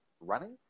running